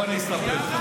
מיארה?